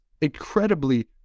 incredibly